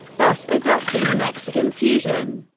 thus adopting a mexican fusion.